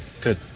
Good